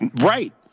Right